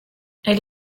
elle